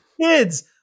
kids